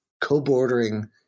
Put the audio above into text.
co-bordering